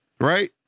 right